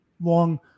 long